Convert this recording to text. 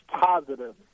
positive